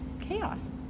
chaos